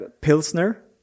Pilsner